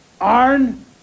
Arn